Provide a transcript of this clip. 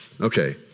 Okay